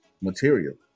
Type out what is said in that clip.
material